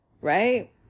right